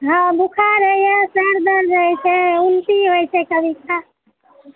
हाँ बोखर रहैया पेट दर्द होइ छै उल्टी होइ छै कभी कऽ